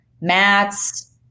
mats